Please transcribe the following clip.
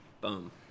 boom